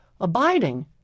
Abiding